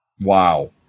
Wow